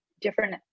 different